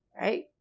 right